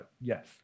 Yes